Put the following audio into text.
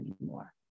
anymore